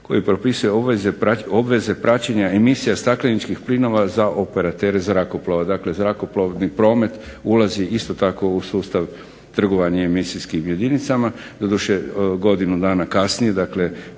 koji propisuje obveze praćenja emisija stakleničkih plinova za operatere zrakoplova. Dakle, zrakoplovni promet ulazi isto tako u sustav trgovanja emisijskim jedinicama, doduše godinu dana kasnije dakle